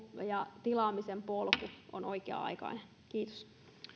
ja tilaamisen polku on oikea aikainen kiitos